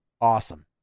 awesome